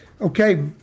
Okay